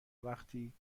وقتی